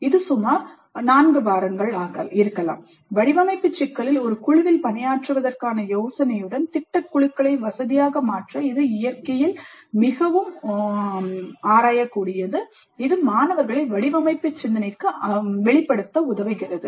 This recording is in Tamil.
இயற்கையிலேயே ஆராயக்கூடிய சிந்தனை உள்ள வடிவமைப்பு சிக்கல் திட்டக்குழு குழு வேலையை பழகிக்கொள்ள வசதி செய்கிறது இது மாணவர்களை வடிவமைப்பு சிந்தனைக்கு அம்பலப்படுத்த உதவுகிறது